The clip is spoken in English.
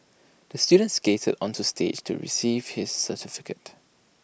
the student skated onto stage to receive his certificate